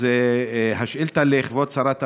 אז השאילתה לכבוד שרת הפנים,